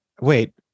wait